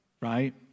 right